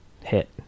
hit